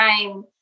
time